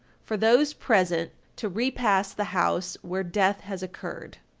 for those present to repass the house where death has occurred.